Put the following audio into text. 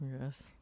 Yes